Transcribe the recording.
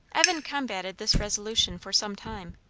evan combated this resolution for some time.